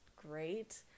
great